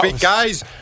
Guys